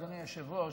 אדוני היושב-ראש,